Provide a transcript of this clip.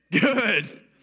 Good